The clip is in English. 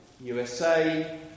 USA